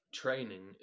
training